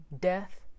death